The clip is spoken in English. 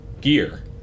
gear